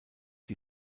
die